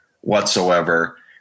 whatsoever